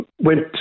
went